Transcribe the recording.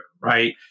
right